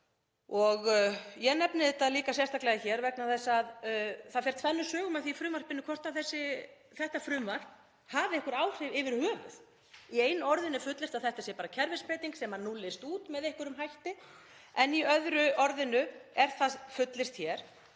Ég nefni þetta líka sérstaklega vegna þess að það fer tvennum sögum af því í frumvarpinu hvort þetta frumvarp hafi einhver áhrif yfirhöfuð. Í einu orðinu er fullyrt að þetta sé bara kerfisbreyting sem núllist út með einhverjum hætti en í öðru orðinu er fullyrt að